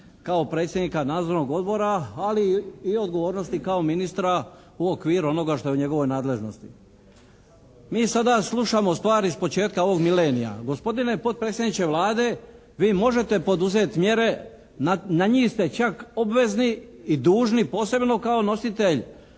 kao predsjednika nadzornog odbora ali i odgovornosti kao ministra u okviru onoga što je u njegovoj nadležnosti. Mi sada slušamo stvar iz početka ovog milenija. Gospodine potpredsjedniče Vlade vi možete poduzeti mjere, na njih ste čak obvezni i dužni posebno kao nositelj,